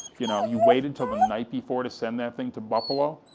you know, you waited till the night before to send that thing to buffalo?